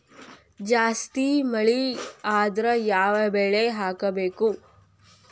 ಜಾಸ್ತಿ ಮಳಿ ಆದ್ರ ಯಾವ ಬೆಳಿ ಹಾಕಬೇಕು?